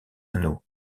anneau